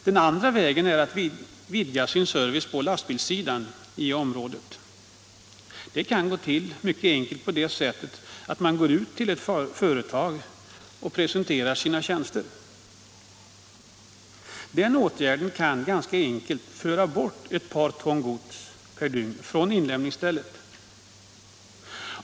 Den andra vägen är att vidga servicen på lastbilssidan i området. Det kan ske mycket enkelt på det sättet att man går ut till ett företag och presenterar sina tjänster. Genom den åtgärden kan man ganska lätt föra bort ett par ton gods från inlämningsstället.